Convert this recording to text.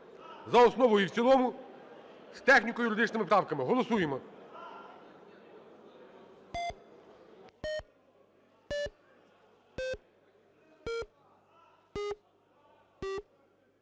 за основу і в цілому з техніко-юридичними правками. Голосуємо.